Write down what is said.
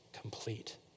complete